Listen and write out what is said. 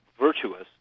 virtuous